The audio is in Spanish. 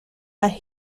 las